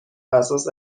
اساس